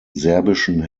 serbischen